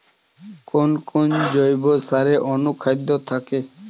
কোন কোন জৈব সারে অনুখাদ্য থাকে?